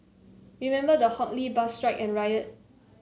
remember the Hock Lee bus strike and riot